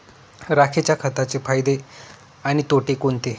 राखेच्या खताचे फायदे आणि तोटे कोणते?